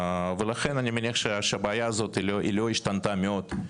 ולכן אני מניח שהבעיה הזאתי היא לא השתנתה מאוד,